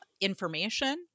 information